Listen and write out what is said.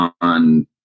on